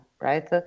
right